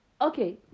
okay